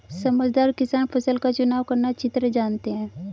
समझदार किसान फसल का चुनाव करना अच्छी तरह जानते हैं